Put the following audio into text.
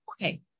Okay